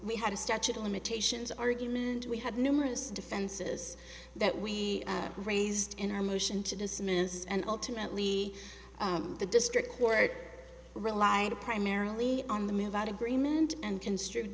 we had a statute of limitations argument and we had numerous defenses that we raised in our motion to dismiss and ultimately the district court relied primarily on the move out agreement and construed